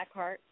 Blackheart